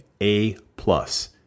A-plus